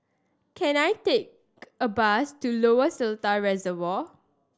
can I take a bus to Lower Seletar Reservoir